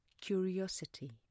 curiosity